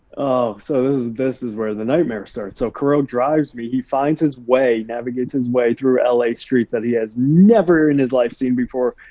so this is where the nightmare starts. so kirill drives me, he finds his way, navigates his way through l a. streets that he has never in his life seen before.